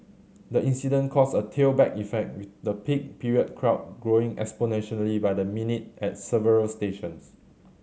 the incident caused a tailback effect with the peak period crowd growing exponentially by the minute at several stations